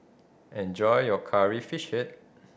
enjoy your Curry Fish Head